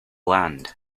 land